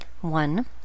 One